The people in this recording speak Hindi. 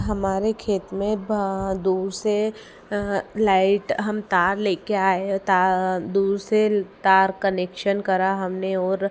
हमारे खेत में दूर से लाइट हम तार ले कर आए हैं तार दूर से तार कनेक्शन करा हमने और